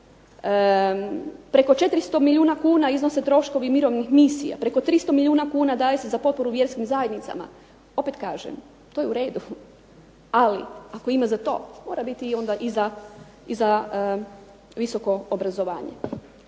Preko 400 milijuna kuna iznose troškovi mirovnih misija, preko 300 milijuna kuna daje se za potporu vjerskim zajednicama. Opet kažem to je u redu, ali ako ima za to mora biti onda i za visoko obrazovanje.